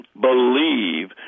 believe